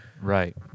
Right